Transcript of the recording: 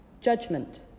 judgment